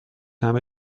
همه